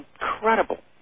incredible